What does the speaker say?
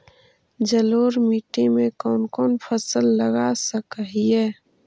जलोढ़ मिट्टी में कौन कौन फसल लगा सक हिय?